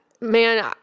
man